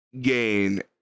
gain